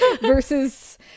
versus